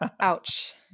Ouch